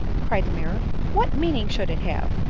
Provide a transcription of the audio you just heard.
cried the major what meaning should it have?